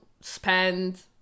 spend